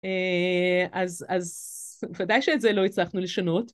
אז בוודאי שאת זה לא הצלחנו לשנות.